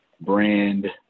brand